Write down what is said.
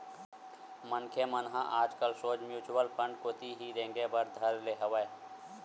मनखे मन ह आजकल सोझ म्युचुअल फंड कोती ही रेंगे बर धर ले हवय